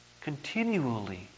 continually